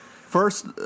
First